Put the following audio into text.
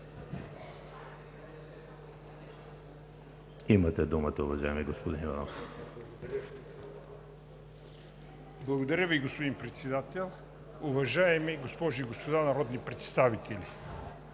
Имате думата, уважаеми господин Иванов. ИВАН ИВАНОВ: Благодаря Ви, господин Председател. Уважаеми госпожи и господа народни представители!